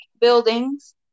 buildings